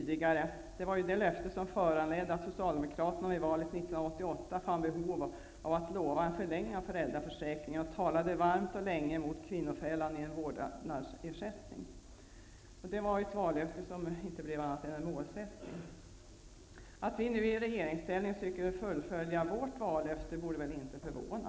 Det var ju den frågan som gjorde att socialdemokraterna i valet 1988 fann behov av att lova att förlänga föräldraförsäkringen, och man talade varmt och länge om den kvinnofälla som vårdnadsersättningen skulle innebära. Det var ett vallöfte som inte blev något annat än en målsättning. Att vi nu i regeringsställning försöker uppfylla vår målsättning borde inte förvåna.